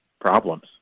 problems